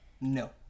No